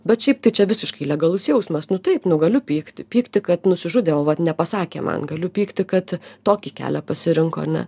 bet šiaip tai čia visiškai legalus jausmas nu taip nu galiu pykti pykti kad nusižudė o vat nepasakė man galiu pykti kad tokį kelią pasirinko ar ne